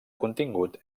contingut